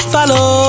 Follow